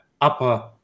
upper